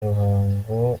ruhango